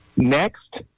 Next